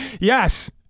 Yes